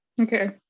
okay